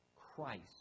Christ